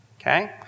okay